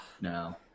No